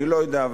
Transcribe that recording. אני לא יודע,